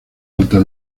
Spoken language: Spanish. alta